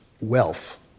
wealth